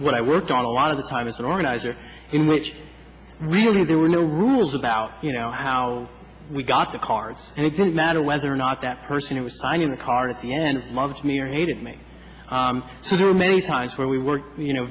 what i worked on a lot of the time it's an organizer in which really there were no rules about you know how we got the cards and it didn't matter whether or not that person it was signing the card at the end of march me or hated me so there are many times where we work you know